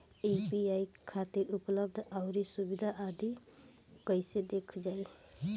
UPI खातिर उपलब्ध आउर सुविधा आदि कइसे देखल जाइ?